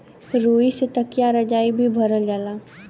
रुई से तकिया रजाई भी भरल जाला